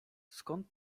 skąd